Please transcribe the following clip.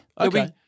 Okay